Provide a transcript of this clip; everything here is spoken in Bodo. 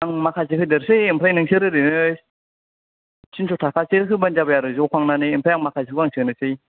आं माखासे होदेरसै आमफ्राय नोंसोर ओरैनो थिनस' थाखासो होबानो जाबाय आरो ज' खांनानै ओमफाय आं माखासेखौ आं सोनोसै